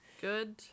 Good